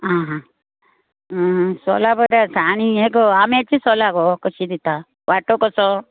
आ हा सोलां बरें आसा आनी हें गो आम्याचीं सोलां गो कशीं दिता वांटो कसो